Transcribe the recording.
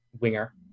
winger